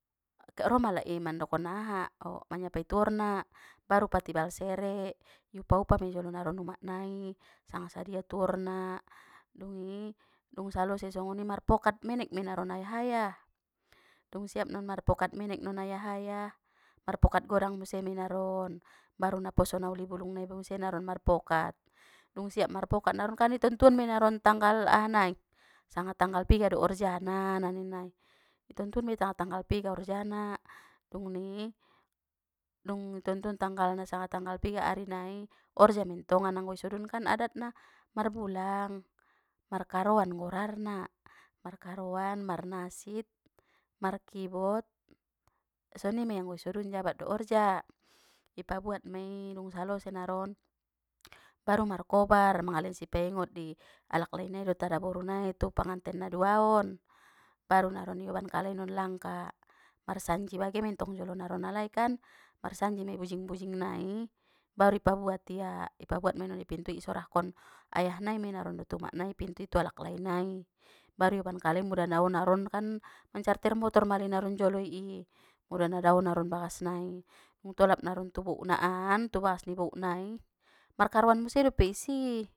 Ke ro malai i mandokon aha, manyapai tuorna, baru patibal sere, iupa upa mejolo naron umaknai, sanga sadia tuorna, dungi dung salose songini marpokat menek mei naron ayah ayah, dung siap naron marpokat menek ayah ayah, marpokat godang muse mei naron, baru naposo nauli bulung nai muse naron marpokat, dung siap marpokat naronkan i tentuon mei naron tanggal aha nai sanga tanggal piga do orjana na ninnai, i tentuonmei sanga tanggal piga orjana, dungni dung i tentuon tanggalna sanga tanggal piga ari nai, orja mentongan anggo i sadunkan adatna, marbulang, markaroan golarna, markaroan marnasid, markibot, soni mei anggo i sadun jabat do orja, i pabuat mei dung salose naron, baru markobar mangalen sipaingot di alaklai nai tu adaboru nai tu penganten na dua on, baru naron ioban kalai langka marsanji bagen mentong jolo naron alai kan, mar sanji mei bujing bujing nai, baru i pabuat ia- i pabuat mei non i pintui i sorahkon ayah nai mei naron dot umak nai i pintui tu alaklai nai, baru ioban kalai mula dao naron kan mancarter motor malai jolo i, mula na dao naron bagas nai, um tolap naron tu boukna an, tu bagas ni bouk nai, markaroan muse mei i si.